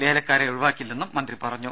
ലേലക്കാരെ ഒഴിവാക്കില്ലെന്നും മന്ത്രി പറഞ്ഞു